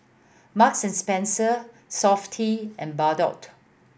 Marks and Spencer Sofy and Bardot